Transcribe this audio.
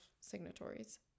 signatories